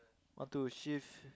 want to shift